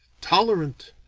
tolerant.